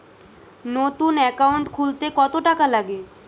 নতুন একাউন্ট খুলতে কত টাকা লাগে?